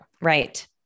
Right